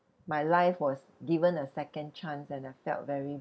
my life was given a second chance and I felt very